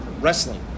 Wrestling